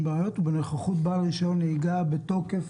בנוכחות בעל רישיון נהיגה בתוקף.